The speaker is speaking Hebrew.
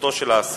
אזרחותו של האסיר